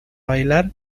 bailar